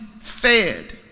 fed